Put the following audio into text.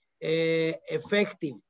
effective